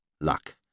Luck